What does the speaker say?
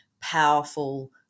powerful